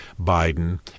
Biden